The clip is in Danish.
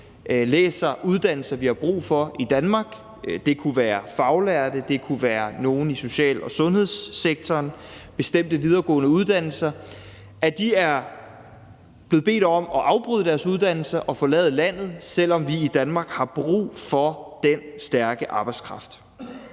er på uddannelser, vi har brug for i Danmark – det kunne være faglærte, det kunne være nogle i social- og sundhedssektoren, det kunne være bestemte videregående uddannelser – er blevet bedt om at afbryde deres uddannelse og forlade landet, selv om vi i Danmark har brug for den stærke arbejdskraft.